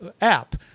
app